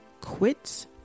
quits